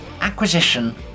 Acquisition